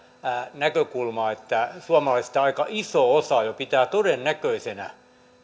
näkökulmaa että suomalaisista aika iso osa jo pitää todennäköisenä